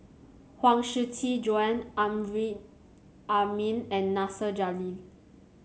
Huang Shiqi Joan Amrin Amin and Nasir Jalil